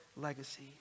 legacy